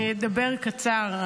אני אדבר קצר.